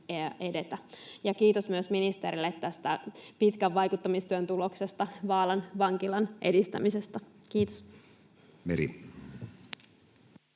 Kiitos ministerille myös tästä pitkän vaikuttamistyön tuloksesta: Vaalan vankilan edistämisestä. — Kiitos.